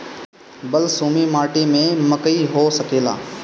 बलसूमी माटी में मकई हो सकेला?